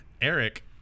Eric